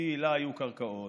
לה היו קרקעות,